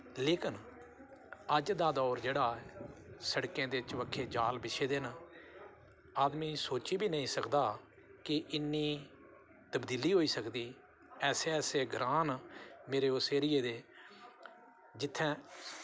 लेकिन अज्ज दा दौर जेह्ड़ा सड़कें दे चबक्खे जाल बिछे दे न आदमी सोची बी निं सकदा कि इन्नी तबदीली होई सकदी ऐसे ऐसे ग्रां न मेरे उस एरिये दे जित्थें